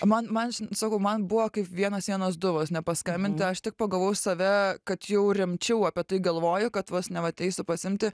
man man sakau man buvo kaip vienas vienas du vos ne paskambinti aš tik pagavau save kad jau rimčiau apie tai galvoju kad vos ne vat eisiu pasiimti